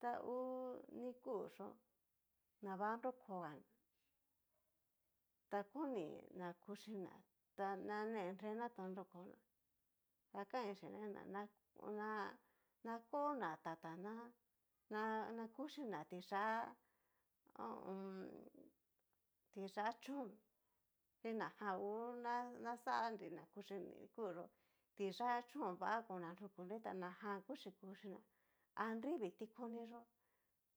Ta hú ni kuxó na va nrokoganá, ta koni na kuchina ta nane nrena ta nrokona ta kain xhiná na nakona tataná, na kuchína tiyá ho o on. tiyá chón najan ngu naxanri na kuchí ni kú yó tiyá chón va kon nanrukunri ta naján kuchí kuchína, ha nrivii tikoli yó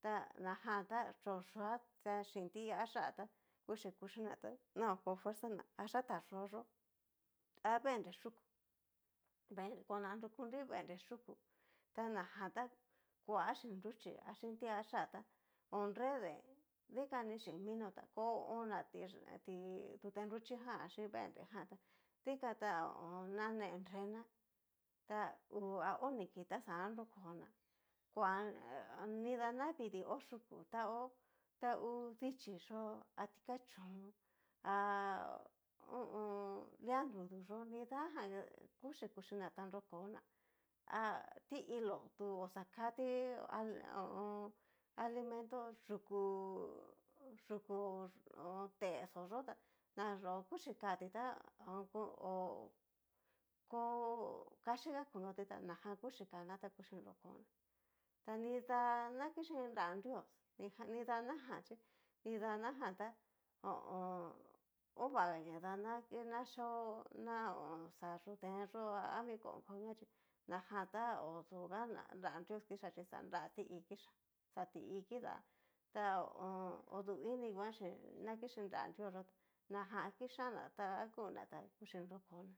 ta najan ta chó yuá xhin tiayá tá kuxi kuxina ta na oko fuerza ná, a yatá yóo a vennre yúku, kon narukunri vennre yúku tana jan ta kuá chin nruchí a xhín tiayá ta ho nre deen, dikan chín mino ta koona tí tix tute nruchí jan xin vendre jan tá, dikan ta ko nanenrená ta uu a oni kii ta xa anrokoná kua nida navidii ho yúku tá hó ta hú dichí yó ha tikachón ha ho o on. lia nrudu yó nidajan kuxhi kuxhi ná ta nrokoná a ti'ilo tu oxa kati ali ho o on. alimento yúku yúku ho o on. texó yó ta anyó kuxi kati ta ho ko kaxhiga koñoti tá najan kuchí kana tá kuxhi nrokoná nida na kixhí nrá drios nidanajan xhí nida na jan ho o on. ovagaña dana kina cheó na xa yudeen yó a ami ko kueña chí najan ta odúga na nrá drios kixhia chí xa nrá ti'ii kixía xa ti'ii kidá ta ho o on. ta odú ini nguan xhín ña kixhi nra drios yó, najan kixaña ta kuná ta kuxhi nrokoná.